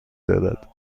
دارد